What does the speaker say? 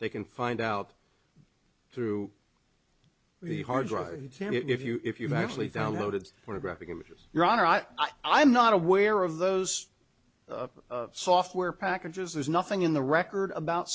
they can find out through the hard drive if you if you've actually downloaded for graphic images your honor i i'm not aware of those software packages there's nothing in the record about